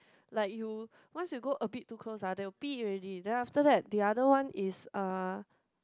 like you once you go a bit too close ah they will you already then after that the other one is uh